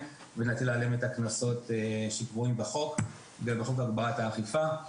ונטיל עליהם את הקנסות שקבועים בחוק הגברת האכיפה.